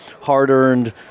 hard-earned